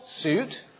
suit